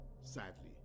sadly